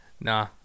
nah